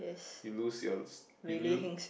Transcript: you lose your you loo~